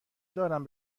دارم